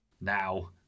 now